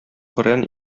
коръән